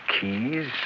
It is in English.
keys